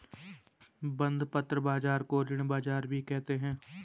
बंधपत्र बाज़ार को ऋण बाज़ार भी कहते हैं